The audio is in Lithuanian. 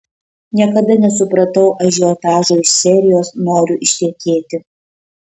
niekada nesupratau ažiotažo iš serijos noriu ištekėti